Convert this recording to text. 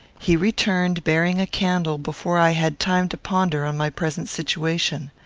he returned, bearing a candle, before i had time to ponder on my present situation.